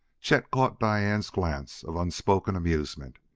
chet caught diane's glance of unspoken amusement,